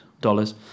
dollars